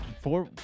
Four